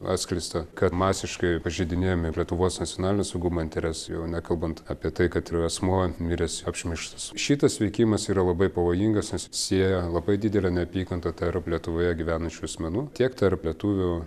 atskleista kad masiškai pažeidinėjami lietuvos nacionalinio saugumo interesai jau nekalbant apie tai kad ir asmuo miręs apšmeižtas šitas veikimas yra labai pavojingas nes sieja labai didelę neapykantą tarp lietuvoje gyvenančių asmenų tiek tarp lietuvių